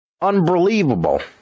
Unbelievable